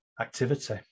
activity